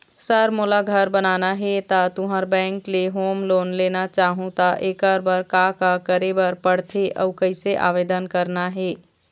Sir मोला घर बनाना हे ता तुंहर बैंक ले होम लोन लेना चाहूँ ता एकर बर का का करे बर पड़थे अउ कइसे आवेदन करना हे?